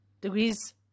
Degrees